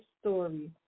story